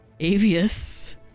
Avius